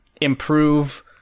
improve